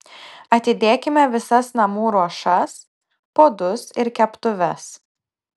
atidėkime visas namų ruošas puodus ir keptuves